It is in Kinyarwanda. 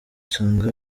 isanga